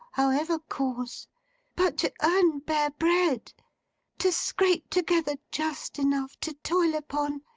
however coarse but to earn bare bread to scrape together just enough to toil upon,